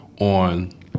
on